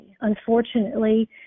unfortunately